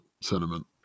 sentiment